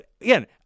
Again